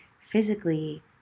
physically